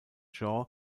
shaw